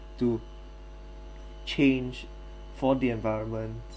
to change for the environment